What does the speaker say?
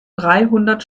dreihundert